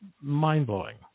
mind-blowing